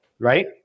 right